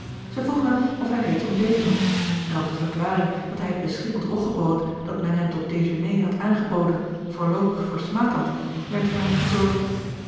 zij vroeg hem of hij reeds ontbeten had en op de verklaring dat hij het beschimmeld roggebrood dat men hem tot dejeuner had aangeboden voorloopig versmaad had werd voor hem gezorgd